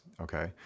okay